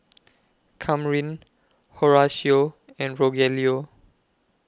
Kamryn Horatio and Rogelio